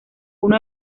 uno